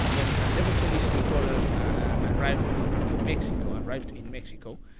when andrea bocelli recording ah arrived in in mexico, arrived in mexico,